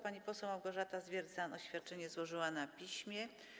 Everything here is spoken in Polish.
Pani poseł Małgorzata Zwiercan oświadczenie złożyła na piśmie.